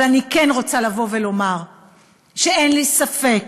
אבל אני כן רוצה לומר שאין לי ספק